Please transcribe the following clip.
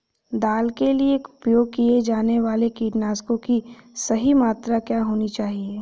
दाल के लिए उपयोग किए जाने वाले कीटनाशकों की सही मात्रा क्या होनी चाहिए?